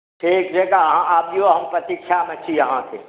ठीक जँका अहाँ अबियौ हम प्रतीक्षामे छी अहाँके